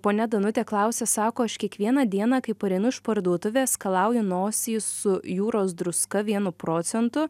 ponia danutė klausia sako aš kiekvieną dieną kai pareinu iš parduotuvės skalauju nosį su jūros druska vienu procentu